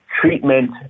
treatment